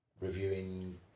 reviewing